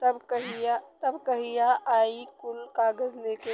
तब कहिया आई कुल कागज़ लेके?